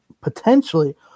potentially